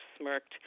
smirked